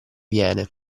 viene